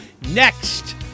Next